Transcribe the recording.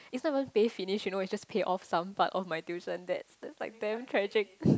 it's not going to pay finish you know it's just pay off some part of my tuition that like damn tragic